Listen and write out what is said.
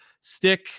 stick